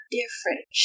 different